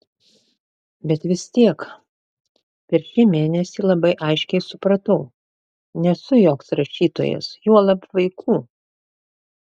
bet vis tiek per šį mėnesį labai aiškiai supratau nesu joks rašytojas juolab vaikų